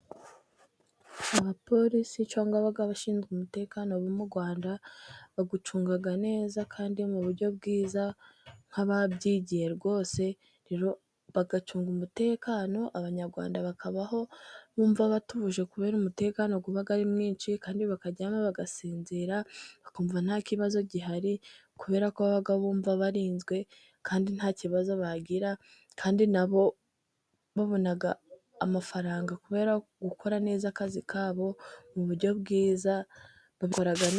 Abapolisi cyangwa ababa bashinzwe umutekano bo mu Rwanda, bawucunga neza kandi mu buryo bwiza nk'ababyigiye rwose, bagacunga umutekano Abanyarwanda bakabaho bumva batuje kubera umutekano uba ari mwinshi, kandi bakaryama bagasinzira bakumva nta kibazo gihari, kubera ko baba bumva barinzwe kandi nta kibazo bagira, kandi na bo babona amafaranga kubera gukora neza akazi kabo, mu buryo bwiza babikora ni......